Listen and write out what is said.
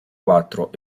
quattro